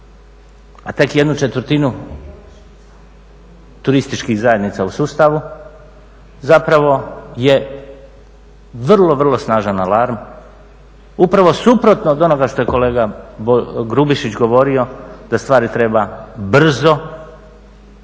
a tek ¼ turističkih zajednica u sustavu zapravo je vrlo, vrlo snažan alarm, upravo suprotno od onoga što je kolega Grubišić govorio, da stvari treba brzo